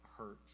hurts